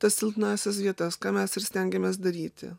tas silpnąsias vietas ką mes ir stengiamės daryti